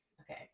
okay